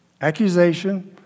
Accusation